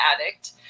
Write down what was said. addict